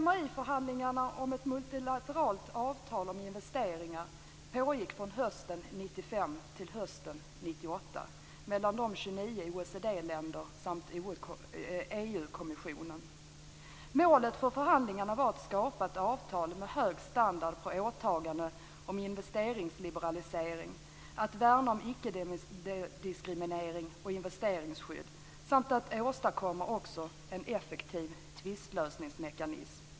MAI-förhandlingarna om ett multilateralt avtal om investeringar pågick från hösten 1995 till hösten kommissionen. Målet för förhandlingarna var att skapa ett avtal med hög standard på åtaganden om investeringsliberalisering, att värna om ickediskriminering och investeringsskydd samt att åstadkomma en effektiv tvistlösningsmekanism.